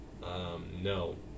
no